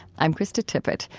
i'm krista tippett.